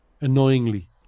annoyingly